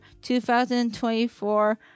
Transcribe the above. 2024